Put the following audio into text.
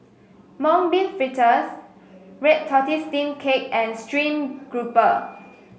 Mung Bean Fritters Red Tortoise Steamed Cake and stream grouper